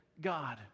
God